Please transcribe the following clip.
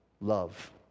love